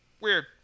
weird